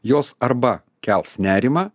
jos arba kels nerimą